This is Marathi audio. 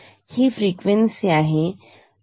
हीफ्रिक्वेन्सी आहे 10